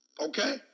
Okay